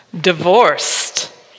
Divorced